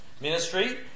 ministry